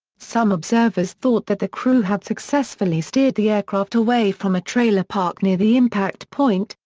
some observers thought that the crew had successfully steered the aircraft away from a trailer park near the impact point,